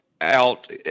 out